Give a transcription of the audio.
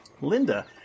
Linda